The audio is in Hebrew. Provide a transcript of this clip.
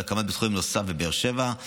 על הקמת בית חולים נוסף בבאר שבע,